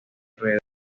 alrededor